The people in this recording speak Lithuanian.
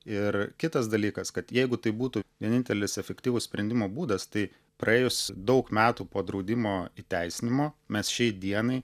ir kitas dalykas kad jeigu tai būtų vienintelis efektyvus sprendimo būdas tai praėjus daug metų po draudimo įteisinimo mes šiai dienai